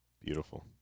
Beautiful